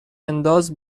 انداز